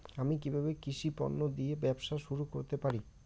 আমি কিভাবে কৃষি পণ্য দিয়ে ব্যবসা শুরু করতে পারি?